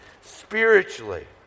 spiritually